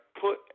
put